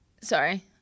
Sorry